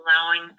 allowing